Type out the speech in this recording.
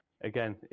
again